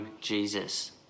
Jesus